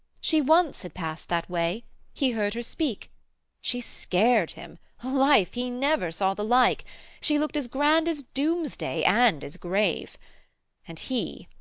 she once had past that way he heard her speak she scared him life! he never saw the like she looked as grand as doomsday and as grave and he,